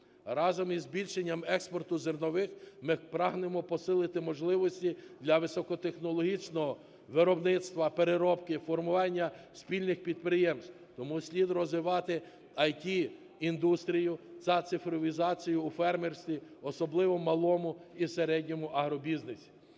Разом із збільшенням експорту зернових ми прагнемо посилити можливості для високотехнологічного виробництва, переробки, формування спільних підприємств. Тому слід розвивати IT-індустрію та цифровізацію у фермерстві, особливо у малому і середньому агробізнесі.